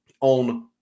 on